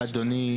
המבנים,